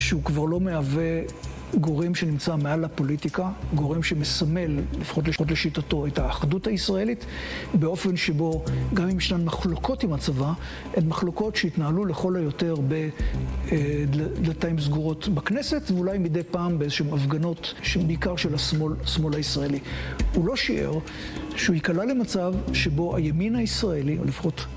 שהוא כבר לא מהווה גורם שנמצא מעל הפוליטיקה, גורם שמסמל, לפחות לשיטתו, את האחדות הישראלית, באופן שבו, גם אם ישנן מחלוקות עם הצבא, הן מחלוקות שהתנהלו לכל היותר בדלתיים סגורות בכנסת, ואולי מדי פעם באיזשהם הפגנות, שבעיקר של השמאל הישראלי. הוא לא שיער שהוא ייקלע למצב שבו הימין הישראלי, או לפחות